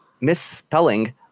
misspelling